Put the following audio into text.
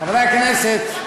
חברי הכנסת,